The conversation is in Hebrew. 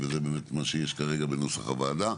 וזה באמת מה שיש כרגע בנוסח הוועדה,